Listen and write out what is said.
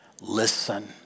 Listen